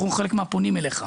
הוא חלק מהפונים אליך,